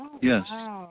yes